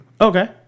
Okay